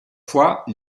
fois